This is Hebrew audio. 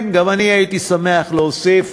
כן, גם אני הייתי שמח להוסיף